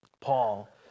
Paul